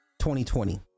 2020